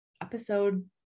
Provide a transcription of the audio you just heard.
episode